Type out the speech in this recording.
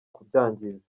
kubyangiza